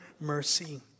mercy